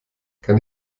kann